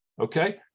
Okay